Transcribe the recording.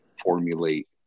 formulate